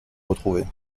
retrouvés